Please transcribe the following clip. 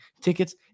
tickets